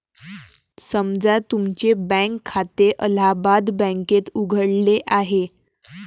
समजा तुमचे बँक खाते अलाहाबाद बँकेत उघडले आहे